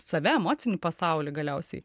save emocinį pasaulį galiausiai